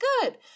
good